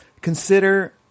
consider